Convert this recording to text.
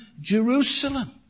Jerusalem